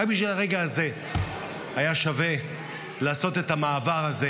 רק בשביל הרגע הזה היה שווה לעשות את המעבר הזה,